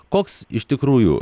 koks iš tikrųjų